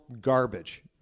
garbage